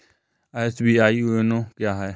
SBI YONO क्या है?